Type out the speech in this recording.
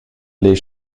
les